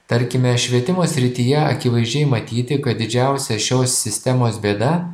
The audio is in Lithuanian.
tarkime švietimo srityje akivaizdžiai matyti kad didžiausia šios sistemos bėda